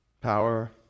Power